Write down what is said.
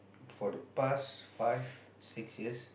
for the past five six years